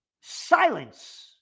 Silence